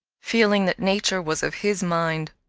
feeling that nature was of his mind.